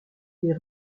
les